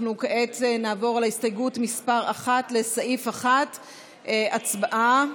אנחנו כעת נעבור להסתייגות מס' 1, לסעיף 1. הצבעה.